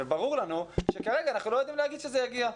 זה ברור לנו שכרגע אנחנו לא יודעים להגיד שזה יגיע.